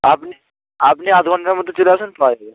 আপনি আপনি আধ ঘন্টার মধ্যে চলে আসুন পাওয়া যাবে